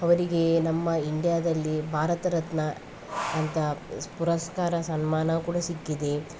ಅವರಿಗೆ ನಮ್ಮ ಇಂಡಿಯಾದಲ್ಲಿ ಭಾರತ ರತ್ನ ಅಂತ ಸ್ ಪುರಸ್ಕಾರ ಸನ್ಮಾನ ಕೂಡ ಸಿಕ್ಕಿದೆ